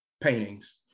paintings